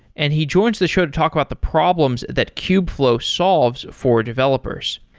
and he joins the show to talk about the problems that kubeflow solves for developers.